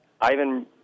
Ivan